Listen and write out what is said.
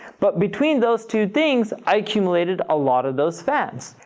but between those two things, i accumulated a lot of those fans.